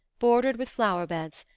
bordered with flower-beds,